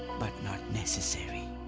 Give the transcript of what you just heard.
but not necessary.